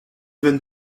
veines